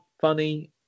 funny